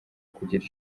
kugira